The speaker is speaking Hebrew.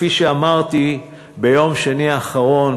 כפי שאמרתי ביום שני האחרון,